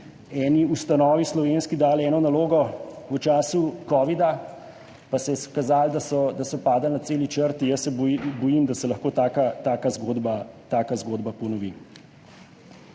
ustanovi dali eno nalogo v času kovida, pa se je izkazalo, da so padli na celi črti. Jaz se bojim, da se lahko taka zgodba ponovi.